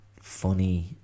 funny